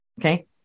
Okay